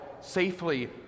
safely